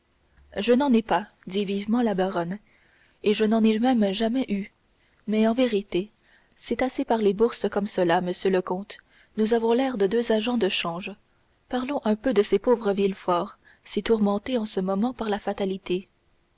je n'en ai pas dit vivement la baronne et je n'en ai même jamais eu mais en vérité c'est assez parler bourse comme cela monsieur le comte nous avons l'air de deux agents de change parlons un peu de ces pauvres villefort si tourmentés en ce moment par la fatalité